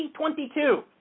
2022